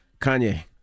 Kanye